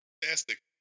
fantastic